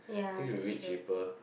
think should be a bit cheaper